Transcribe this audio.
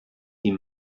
die